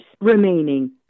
remaining